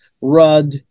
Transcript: rud